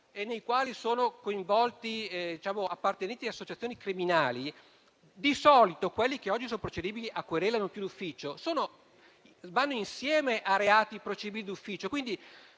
nei quali sono coinvolti appartenenti ad associazioni criminali, di solito, quelli che oggi sono procedibili a querela e non più d'ufficio vanno insieme ai reati procedibili d'ufficio.